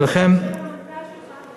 ולכן, מישהו ענה בשם המנכ"ל שלך.